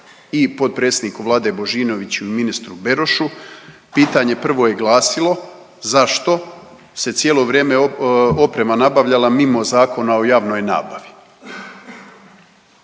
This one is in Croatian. i potpredsjedniku Vlade Božinoviću i ministru Berošu. Pitanje prvo je glasio zašto se cijelo vrijeme oprema nabavljala mimo Zakona o javnoj nabavi,